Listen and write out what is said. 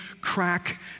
crack